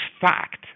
fact